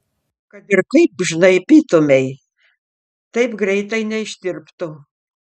kad ir kaip žnaibytumei taip greitai neištirptų